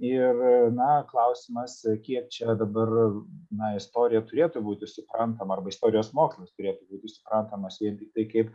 ir na klausimas kiek čia dabar na istorija turėtų būti suprantama arba istorijos mokslas turėtų būti suprantamas jeigu tai kaip